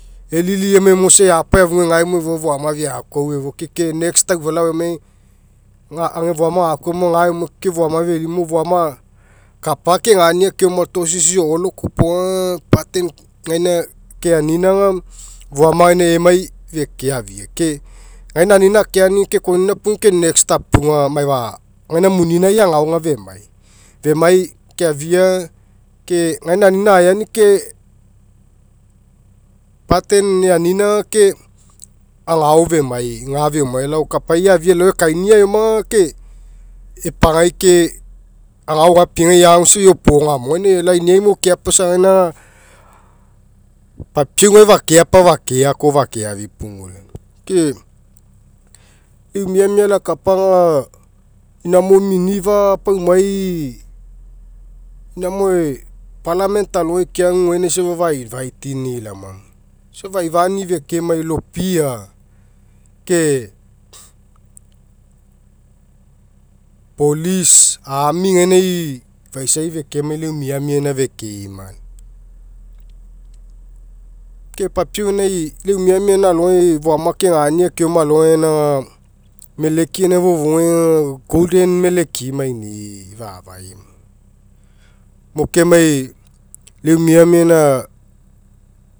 Elili emai gamo isa eapae afugai gamo efua teama feakoava efua ke next aufalao emai ega ega foama gakoava eoma gaeama foama felili mo foama kapa kegania keema tosisi o'olo kopoga aga button gaina keanina aga foanua gaina emai feke afia ke gaina anina aoani ke button eanina aga ke agao femai alao kapai eafia elao ekania eoma aga ke epagai ke agaogae epiegai eagu isa iopogam. Gaina lainia mo keapa isa gaina paumai hamo parliament alogai keagu safa fe'inuite'ini'i laoma moia isa faifani'i fekemai lopia ke polue army gainai faisai fekemai lau eu miamia gaina fekeina. Ke papiau gainai iau eu miamia alogai foama kegania keoma alogai golden meleki'i manii fa'afai'i.